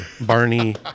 Barney